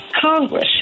Congress